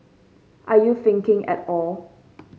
are you thinking at all